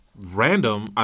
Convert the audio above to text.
random